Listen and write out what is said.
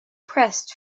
pressed